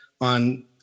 on